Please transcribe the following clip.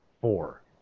Four